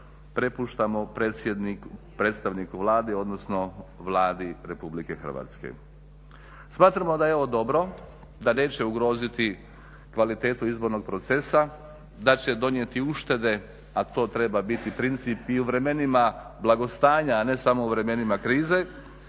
prepuštamo predstavniku Vlade odnosno Vladi RH. Smatramo da je ovo dobro, da neće ugroziti kvalitetu izbornog procesa, da će donijeti uštede, a to treba biti princip i u vremenima blagostanja, a ne samo u vremenima krize